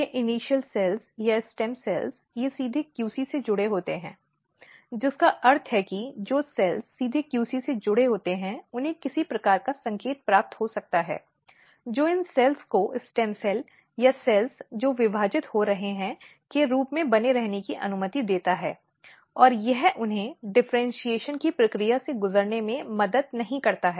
ये initial cells या stem cells ये सीधे QC से जुड़े होते हैंजिसका अर्थ है कि जो सेल्स सीधे QC से जुड़े होते हैं उन्हें किसी प्रकार का संकेत प्राप्त हो सकता है जो इन सेल्स को स्टेम सेल या सेल्स जो विभाजित हो रहे हैं के रूप में बने रहने की अनुमति देता है और यह उन्हें डिफ़र्इन्शीएशन की प्रक्रिया से गुजरने में मदद नहीं करता है